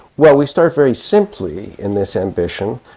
well, we start very simply in this ambition,